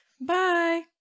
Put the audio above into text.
Bye